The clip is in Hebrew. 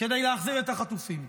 כדי להחזיר את החטופים?